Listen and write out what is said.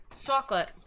Chocolate